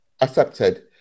Accepted